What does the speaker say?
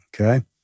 Okay